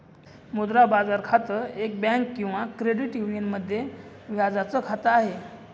मुद्रा बाजार खातं, एक बँक किंवा क्रेडिट युनियन मध्ये व्याजाच खात आहे